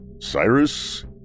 Cyrus